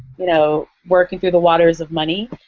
you know working through the waters of money.